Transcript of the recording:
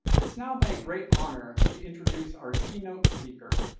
it's now my great honor to introduce our keynote speaker.